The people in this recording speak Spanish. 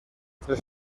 tres